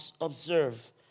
observe